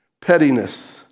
pettiness